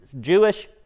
jewish